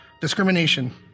discrimination